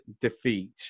defeat